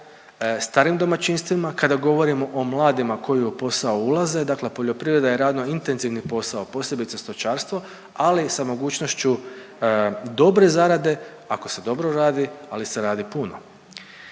starim domaćinstvima, kada govorimo o mladima koji u posao ulaze, dakle poljoprivreda je radno intenzivni posao posebice stočarstvo, ali sa mogućnošću dobre zarade, ako se dobro radi, ali se radi puno.